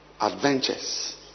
adventures